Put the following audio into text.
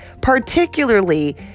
particularly